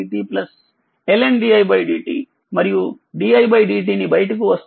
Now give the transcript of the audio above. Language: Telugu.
LN didtమరియుdidt బయటకు వస్తే v L1 L2 L3